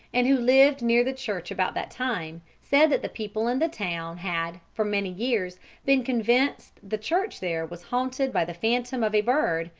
and who lived near the church about that time, said that the people in the town had for many years been convinced the church there was haunted by the phantom of a bird,